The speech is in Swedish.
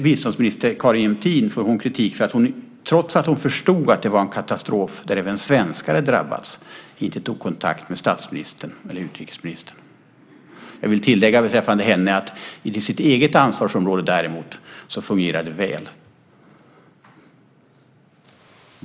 Biståndsminister Carin Jämtin får kritik för att hon, trots att hon förstod att det var en katastrof där även svenskar hade drabbats, inte tog kontakt med statsministern eller utrikesministern. Jag vill beträffande henne tillägga att när det gäller hennes eget ansvarsområde fungerade det väl.